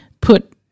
put